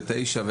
תשע,